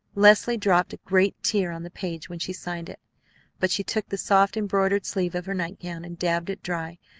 leslie dropped a great tear on the page when she signed it but she took the soft, embroidered sleeve of her nightgown, and dabbled it dry,